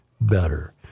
better